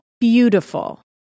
Beautiful